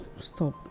stop